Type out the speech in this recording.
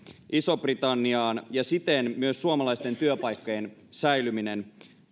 isoon britanniaan ja siten myös suomalaisten työpaikkojen säilyminen